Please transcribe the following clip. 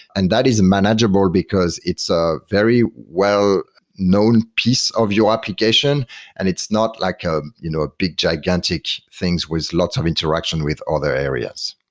and that is manageable, because it's ah very well known piece of your application and it's not like a you know big, gigantic things with lots of interaction with other areas.